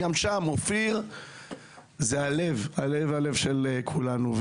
גם שם אופיר זה הלב של כולנו.